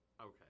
Okay